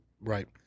Right